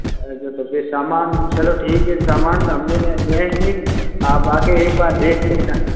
ऐसे तो फ़िर सामान चलो ठीक है सामान हम ले लेंगे ले आयेंगे आप आके एक बार देख लेना